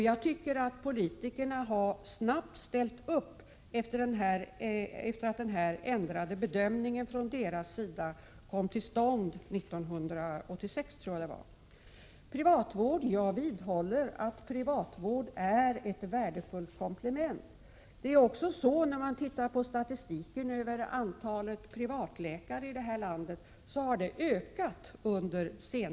Jag tycker att politikerna har ställt upp snabbt efter det att den ändrade bedömningen från deras sida kom till stånd 1986 — tror jag att det var. Jag vidhåller att privatvården är ett värdefullt komplement. När man tittar på statistiken över antalet privatläkare i detta land, finner man att det har ökat under senare år.